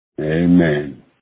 Amen